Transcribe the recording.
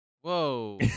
whoa